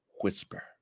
whisper